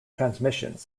transmissions